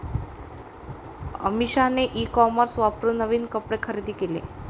अमिषाने e commerce वापरून नवीन कपडे खरेदी केले